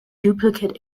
duplicate